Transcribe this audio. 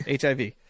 HIV